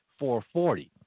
4:40